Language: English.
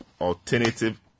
alternative